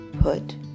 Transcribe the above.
Put